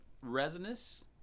resinous